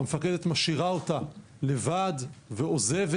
המפקדת משאירה אותה לבד ועוזבת.